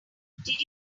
did